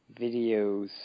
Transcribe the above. videos